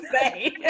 say